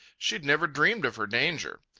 she had never dreamed of her danger.